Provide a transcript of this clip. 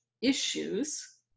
issues